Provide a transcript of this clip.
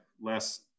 less